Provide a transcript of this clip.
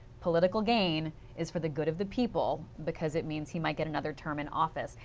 political gain is for the good of the people because it means he might get another term in office.